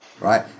Right